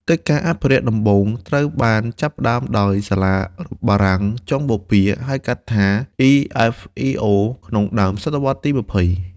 កិច្ចការអភិរក្សដំបូងត្រូវបានចាប់ផ្តើមដោយសាលាបារាំងចុងបូព៌ា (ហៅកាត់ថា EFEO) ក្នុងដើមសតវត្សរ៍ទី២០។